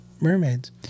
mermaids